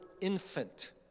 infant